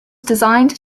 designed